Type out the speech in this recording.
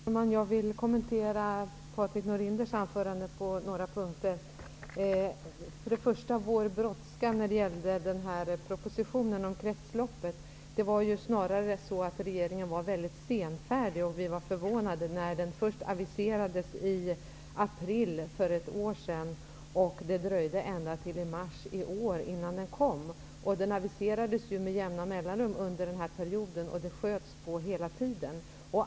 Herr talman! Jag vill kommentera Patrik Norinders anförande på några punkter. Han sade att vi hade bråttom när det gällde kretsloppspropositionen. Det var snarare så att regeringen var mycket senfärdig. Vi var förvånade när propositionen aviserades i april för ett år sedan, och det dröjde ända till mars i år innan den kom. Den aviserades med jämna mellanrum under denna period. Avlämnandet sköts på hela tiden.